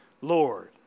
Lord